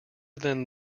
than